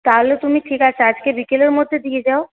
তাহলে তুমি ঠিক আছে আজকে বিকেলের মধ্যে দিয়ে যাও